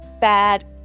bad